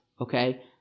okay